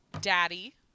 Daddy